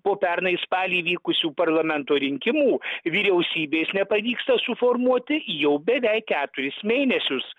po pernai spalį vykusių parlamento rinkimų vyriausybės nepavyksta suformuoti jau beveik keturis mėnesius